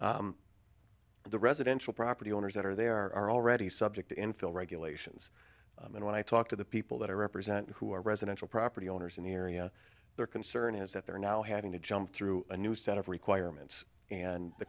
owners the residential property owners that are there are already subject to infill regulations and when i talk to the people that i represent who are residential property owners in the area their concern is that they're now having to jump through a new set of requirements and the